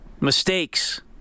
mistakes